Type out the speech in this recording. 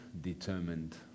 determined